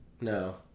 no